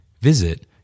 Visit